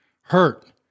hurt